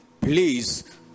please